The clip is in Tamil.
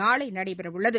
நாளை நடைபெறவுள்ளது